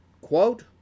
quote